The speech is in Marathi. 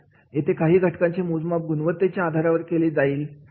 इथे काही घटकांचे मोजमाप गुणवत्तेच्या आधारावर केली जाईल